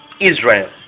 Israel